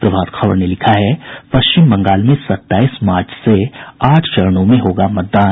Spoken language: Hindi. प्रभात खबर ने लिखा है पश्चिम बंगाल में सत्ताईस मार्च से आठ चरणों में होगा मतदान